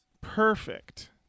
Perfect